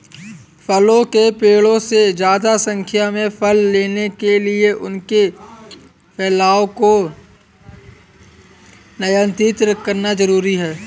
फलों के पेड़ों से ज्यादा संख्या में फल लेने के लिए उनके फैलाव को नयन्त्रित करना जरुरी है